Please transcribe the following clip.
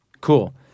Cool